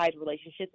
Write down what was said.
relationships